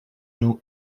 nous